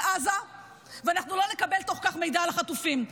עזה ואנחנו לא נקבל תוך כך מידע על החטופים,